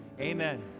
Amen